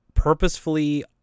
purposefully